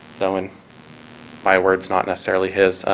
so in my words, not necessarily his.